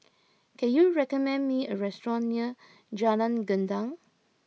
can you recommend me a restaurant near Jalan Gendang